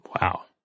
Wow